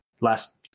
last